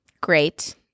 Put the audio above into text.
great